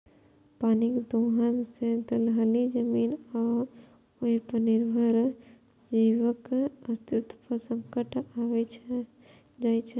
पानिक दोहन सं दलदली जमीन आ ओय पर निर्भर जीवक अस्तित्व पर संकट आबि जाइ छै